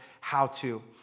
how-to